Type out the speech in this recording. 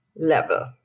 level